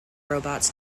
robots